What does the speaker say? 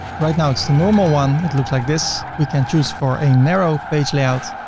right now, it's the normal one it looks like this. we can choose for a narrow page layout